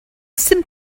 seemed